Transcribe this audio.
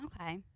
Okay